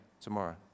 tomorrow